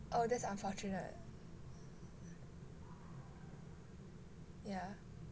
oh that unfortunate yeah